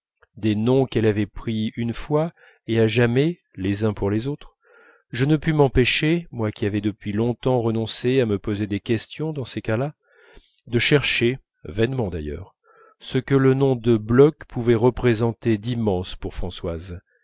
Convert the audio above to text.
des noms qu'elle avait pris une fois et à jamais les uns pour les autres je ne pus m'empêcher moi qui avais depuis longtemps renoncé à me poser des questions dans ces cas-là de chercher vainement d'ailleurs ce que le nom de bloch pouvait représenter d'immense pour françoise